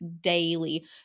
daily